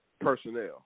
personnel